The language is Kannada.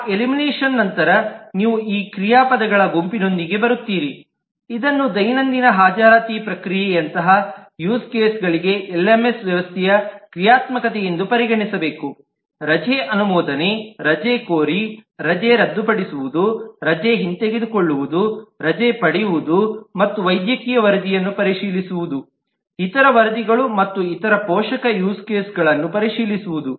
ಆ ಎಲಿಮಿನೇಷನ್ ನಂತರವೂ ನೀವು ಈ ಕ್ರಿಯಾಪದಗಳ ಗುಂಪಿನೊಂದಿಗೆ ಬರುತ್ತೀರಿ ಇದನ್ನು ದೈನಂದಿನ ಹಾಜರಾತಿ ಪ್ರಕ್ರಿಯೆಯಂತಹ ಯೂಸ್ ಕೇಸ್ಗಳಿಗೆ ಎಲ್ಎಂಎಸ್ ವ್ಯವಸ್ಥೆಯ ಕ್ರಿಯಾತ್ಮಕತೆಯೆಂದು ಪರಿಗಣಿಸಬೇಕು ರಜೆ ಅನುಮೋದನೆ ರಜೆ ಕೋರಿ ರಜೆ ರದ್ದುಪಡಿಸುವುದು ರಜೆ ಹಿಂತೆಗೆದುಕೊಳ್ಳುವುದು ರಜೆ ಪಡೆಯುವುದು ಮತ್ತು ವೈದ್ಯಕೀಯ ವರದಿಯನ್ನು ಪರಿಶೀಲಿಸುವುದು ಇತರ ವರದಿಗಳು ಮತ್ತು ಇತರ ಪೋಷಕ ಯೂಸ್ ಕೇಸ್ಗಳನ್ನು ಪರಿಶೀಲಿಸುವುದು